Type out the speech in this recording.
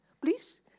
Please